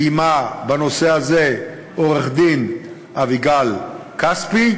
ועמה בנושא הזה עורכת-דין אביגל כספי,